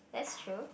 that's true